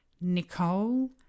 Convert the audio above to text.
Nicole